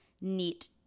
neat